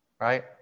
right